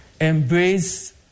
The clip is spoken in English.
embrace